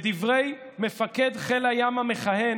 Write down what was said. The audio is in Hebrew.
בדברי מפקד חיל הים המכהן,